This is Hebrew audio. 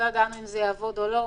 לא ידענו אם זה יעבוד או לא.